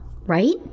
right